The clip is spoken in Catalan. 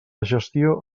gestió